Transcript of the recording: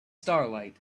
starlight